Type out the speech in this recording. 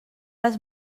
les